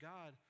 God